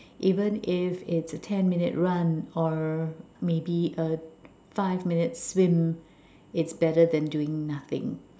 even if it's a ten minute run or maybe a five minute swim it's better than doing nothing